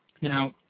Now